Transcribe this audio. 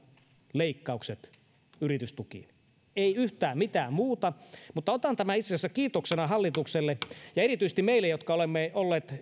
leikkaukset yritystukiin ei yhtään mitään muuta otan tämän itse asiassa kiitoksena hallitukselle ja erityisesti meille jotka olemme olleet